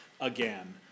again